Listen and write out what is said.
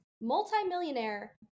multi-millionaire